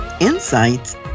insights